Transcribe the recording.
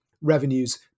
revenues